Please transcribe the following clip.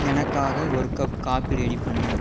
எனக்காக ஒரு cup coffee ready பண்ணு